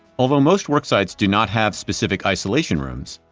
although most work sites do not have specific isolation rooms,